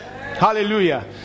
Hallelujah